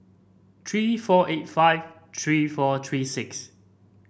three four eight five three four three six